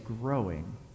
growing